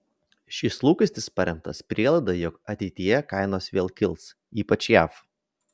šis lūkestis paremtas prielaida jog ateityje kainos vėl kils ypač jav